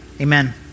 amen